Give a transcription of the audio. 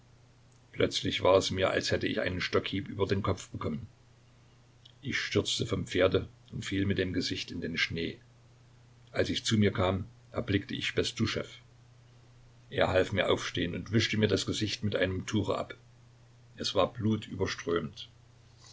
plötzlich war es mir als hätte ich einen stockhieb über den kopf bekommen ich stürzte vom pferde und fiel mit dem gesicht in den schnee als ich zu mir kam erblickte ich bestuschew er half mir aufstehen und wischte mir das gesicht mit einem tuche ab es war